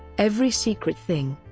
every secret thing.